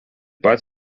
pat